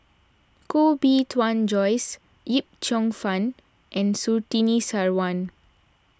Koh Bee Tuan Joyce Yip Cheong Fun and Surtini Sarwan